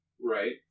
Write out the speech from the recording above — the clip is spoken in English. right